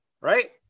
Right